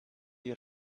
your